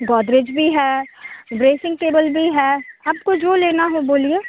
गोदरेज भी है dressing table भी है आपको जो लेना हो बोलिए